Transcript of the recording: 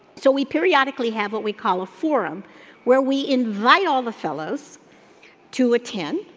so we periodically have what we call a forum where we invite all the fellows to attend,